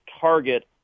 target